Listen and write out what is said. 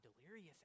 Delirious